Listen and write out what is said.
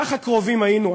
ככה קרובים היינו,